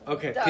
Okay